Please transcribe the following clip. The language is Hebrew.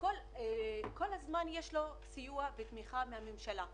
כל הזמן יש לו סיוע ותמיכה מהממשלה.